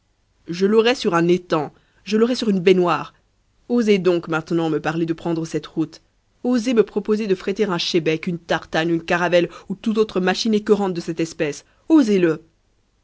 je l'aurais sur un étang je l'aurais sur une baignoire osez donc maintenant me parler de prendre cette route osez me proposer de fréter un chebec une tartane une caravelle ou tout autre machine écoeurante de cette espèce osez le